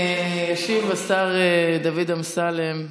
ישיב השר דוד אמסלם,